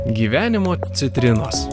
gyvenimo citrinos